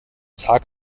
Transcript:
tag